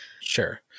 Sure